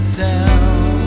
down